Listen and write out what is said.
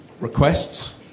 requests